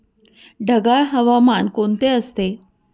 ढगाळ हवामान कोणते असते?